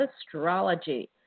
astrology